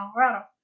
Colorado